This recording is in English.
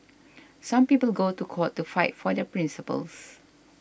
some people go to court to fight for their principles